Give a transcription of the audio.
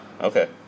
Okay